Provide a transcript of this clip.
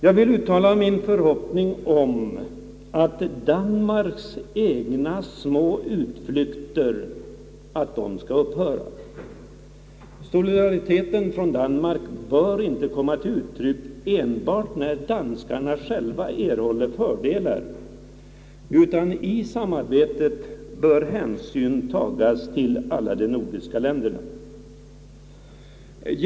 Jag vill uttala min förhoppning om att Danmarks egna små utflykter skall upphöra. Solidariteten bör för Danmarks del inte komma till uttryck enbart när danskarna själva erhåller fördelar, utan i samarbetet bör hänsyn tagas till alla de nordiska länderna.